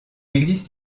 existe